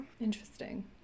Interesting